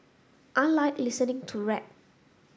I like listening to rap